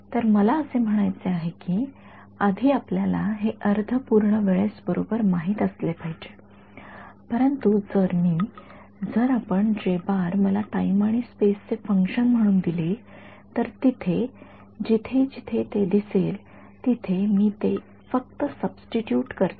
तर मला असे म्हणायचे आहे कि आधी आपल्याला हे अर्ध पूर्ण वेळेस बरोबर माहित असले पाहिजे परंतु जर मी जर आपण मला टाईम आणि स्पेस चे फंक्शन म्हणून दिले तर जिथे जिथे ते दिसेल तिथे मी ते फक्त सब्स्टीट्युट करतो